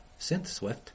SynthSwift